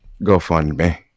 GoFundMe